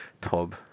tub